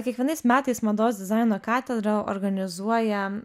kiekvienais metais mados dizaino katedra organizuoja